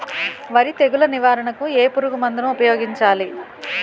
వరి తెగుల నివారణకు ఏ పురుగు మందు ను ఊపాయోగించలి?